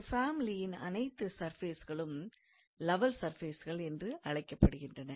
ஒரு ஃபேமிலியின் அனைத்து சர்ஃபஸ்களும் லெவல் சர்ஃபேஸ்கள் என்று அழைக்கப்படுகின்றன